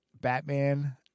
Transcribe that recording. Batman